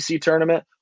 tournament